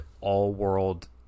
all-world